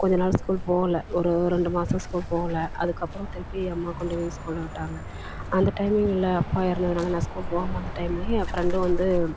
கொஞ்சம் நாள் ஸ்கூல் போகல ஒரு ரெண்டு மாசம் ஸ்கூல் போகல அதுக்கப்புறம் திருப்பி அம்மா கொண்டு போய் ஸ்கூலில் விட்டாங்க அந்த டைமிங்கில் அப்பா இறந்ததுனால நான் ஸ்கூல் போகாம இருந்த டைம்லேயே என் ஃப்ரெண்டும் வந்து